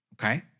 okay